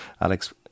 Alex